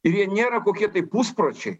ir jie nėra kokie tai puspročiai